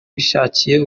bishakiye